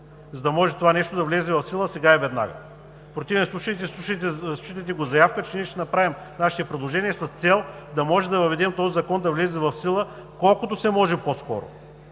за да може това нещо да влезе в сила сега и веднага. В противен случай, считайте го за заявка, че ние ще направим нашите предложения с цел да може да въведем този закон да влезе в сила, колкото се може по-скоро.